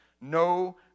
no